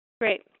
Great